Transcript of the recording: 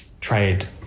trade